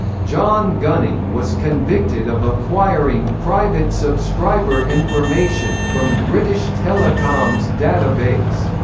john gunning was convicted of acquiring private subscriber information from british telecom's database.